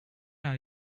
are